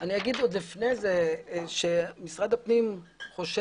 אני אומר עוד לפני כן שמשרד הפנים חושב